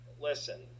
Listen